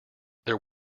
there